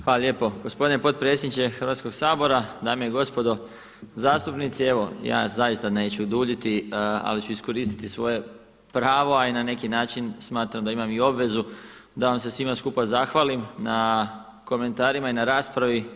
Hvala lijepo gospodine potpredsjedniče Hrvatskog sabora, dame i gospodo zastupnici, ja evo zaista neću duljiti, ali ću iskoristiti svoje pravo, a i na neki način smatram da imam i obvezu da vam se svima skupa zahvalim na komentarima i na raspravi.